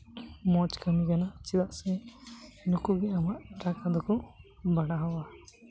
ᱢᱚᱡᱽ ᱠᱟᱹᱢᱤ ᱠᱟᱱᱟ ᱪᱮᱫᱟᱜ ᱥᱮ ᱱᱩᱠᱩ ᱜᱮ ᱟᱢᱟᱜ ᱴᱟᱠᱟ ᱫᱚᱠᱚ ᱵᱟᱲᱦᱟᱣᱟ